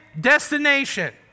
destination